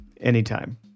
Anytime